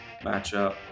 matchup